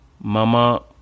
Mama